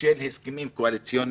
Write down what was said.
של הסכמים קואליציוניים,